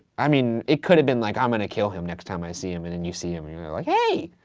i mean, it could have been like, i'm gonna kill him next time i see him, and then and you see him and you're like, hey!